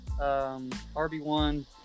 RB1